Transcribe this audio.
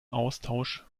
austausch